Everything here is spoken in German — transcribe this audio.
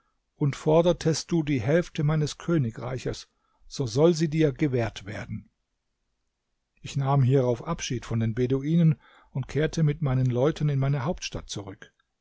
und fordertest du die hälfte meines königreiches so soll sie dir gewährt werden ich nahm hierauf abschied von den beduinen und kehrte mit meinen leuten in meine hauptstadt zurück